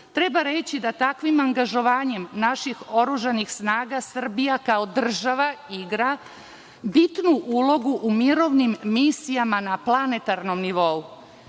treba reći da takvim angažovanjem naših oružanih snaga Srbija kao država igra bitnu ulogu u mirovnim misijama na planetarnom nivou.